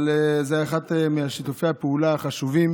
אבל זה אחד משיתופי הפעולה החשובים